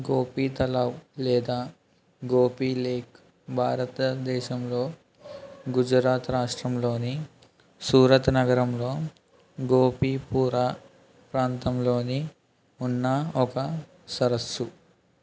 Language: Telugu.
గోపి తలావ్ లేదా గోపి లేక్ భారతదేశంలో గుజరాత్ రాష్ట్రంలోని సూరత్ నగరంలో గోపిపురా ప్రాంతంలోని ఉన్న ఒక సరస్సు